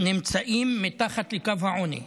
נמצאים מתחת לקו העוני,